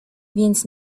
więc